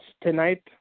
tonight